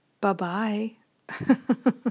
Bye-bye